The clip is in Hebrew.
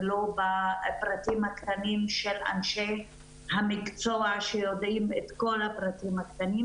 ולא בפרטים הקטנים של אנשי המקצוע שיודעים את כל הפרטים הקטנים,